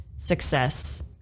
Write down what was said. success